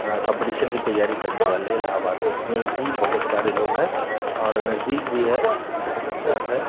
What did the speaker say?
हाँ कंपटीशन की तैयारी करने वाले इलाहाबाद में ही बहुत सारे लोग हैं और नजदीक भी है बहुत अच्छा है